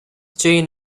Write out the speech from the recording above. chain